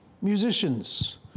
musicians